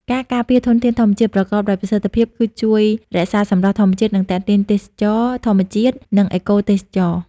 ការការពារធនធានធម្មជាតិប្រកបដោយប្រសិទ្ធភាព គឺជួយរក្សា សម្រស់ធម្មជាតិ និង ទាក់ទាញទេសចរណ៍ធម្មជាតិ និងអេកូទេសចរណ៍។